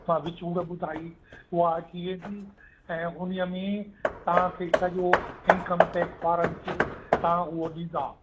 मां विचूर ॿुधाई उहा कीअं बि ऐं उन्ही में तव्हांखे सॼो इनकम टैक्स वारनि खे तव्हां उहो ॾींदा